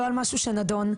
לא על משהו שנדון.